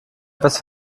etwas